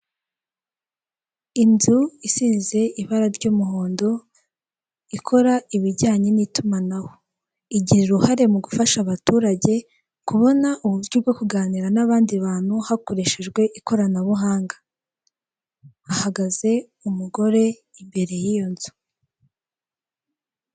Inzu isize ibara ry'umuhondo, ikora ibijyanye n'itumanaho. Igira uruhare mu gufasha abaturage kubona uburyo bwo kuganira n'abandi bantu hakoreshejwe ikoranabuhanga . Hahagaze umugabo imbere y'iyo nzu.